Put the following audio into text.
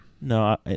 No